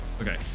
Okay